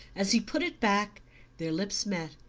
as he put it back their lips met,